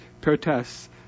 protests